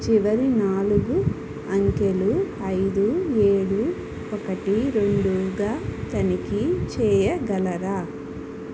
చివరి నాలుగు అంకెలు ఐదు ఏడు ఒకటి రెండూగా తనిఖీ చేయగలరా